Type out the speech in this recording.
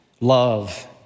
love